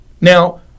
Now